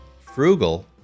frugal